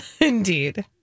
Indeed